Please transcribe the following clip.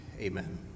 amen